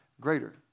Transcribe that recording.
greater